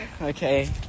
Okay